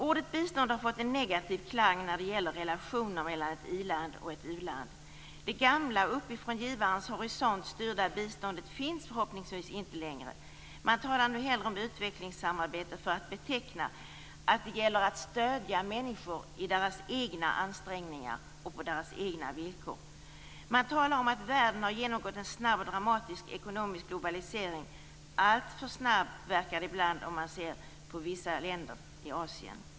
Ordet bistånd har fått en negativ klang när det gäller relationer mellan ett i-land och ett u-land. Det gamla, uppifrån givarens horisont styrda, biståndet finns förhoppningsvis inte längre. Man talar nu hellre om utvecklingssamarbete för att beteckna att det gäller att stödja människor i deras egna ansträngningar och på deras egna villkor. Man talar om att världen har genomgått en snabb och dramatisk ekonomisk globalisering, alltför snabb verkar det ibland om man ser på vissa länder i Asien.